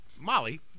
Molly